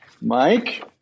Mike